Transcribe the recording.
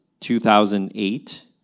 2008